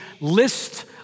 List